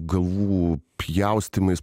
galvų pjaustymais